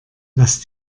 lass